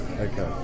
Okay